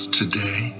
today